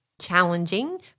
challenging